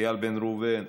איל בן ראובן,